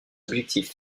objectifs